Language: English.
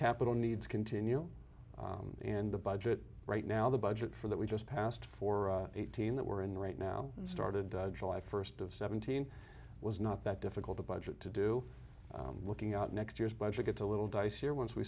capital needs continue in the budget right now the budget for that we just passed four eighteen that we're in right now and started july first of seventeen was not that difficult a budget to do looking at next year's budget gets a little dicier once we